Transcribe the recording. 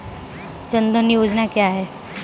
जनधन योजना क्या है?